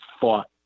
fought